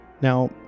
Now